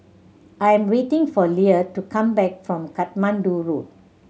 I am waiting for Lea to come back from Katmandu Road